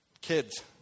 Kids